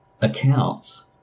accounts